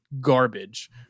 garbage